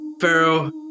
Pharaoh